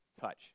touch